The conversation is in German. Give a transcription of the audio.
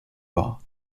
war